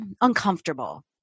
uncomfortable